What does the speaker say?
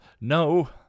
No